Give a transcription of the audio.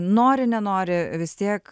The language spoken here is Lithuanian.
nori nenori vis tiek